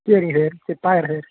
சரிங்க சார் சரி பார்க்கறேன் சார்